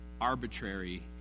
arbitrary